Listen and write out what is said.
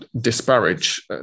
disparage